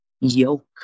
yoke